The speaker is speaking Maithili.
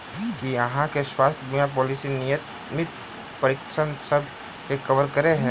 की अहाँ केँ स्वास्थ्य बीमा पॉलिसी नियमित परीक्षणसभ केँ कवर करे है?